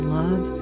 love